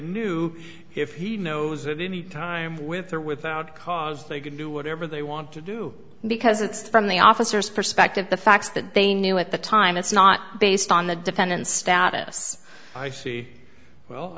knew if he knows at any time with or without cause they can do whatever they want to do because it's from the officers perspective the facts that they knew at the time it's not based on the defendant's status i see well